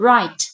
Right